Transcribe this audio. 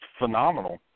phenomenal